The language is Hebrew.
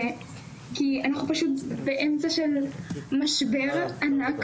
זה כי אנחנו פשוט באמצע של משבר ענק